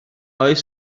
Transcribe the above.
oes